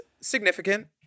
significant